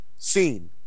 Scene